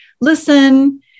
listen